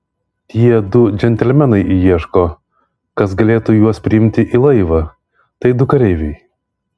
tie du džentelmenai ieško kas galėtų juos priimti į laivą tai du kareiviai